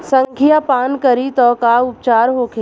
संखिया पान करी त का उपचार होखे?